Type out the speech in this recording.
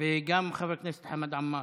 וגם חבר הכנסת חמד עמאר.